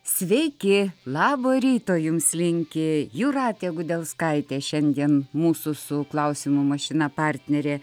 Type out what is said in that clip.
sveiki labo ryto jums linki jūratė gudelskaitė šiandien mūsų su klausimų mašina partnerė